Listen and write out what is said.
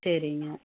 சரிங்க